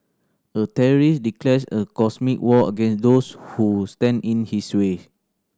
a terrorist declares a cosmic war against those who stand in his way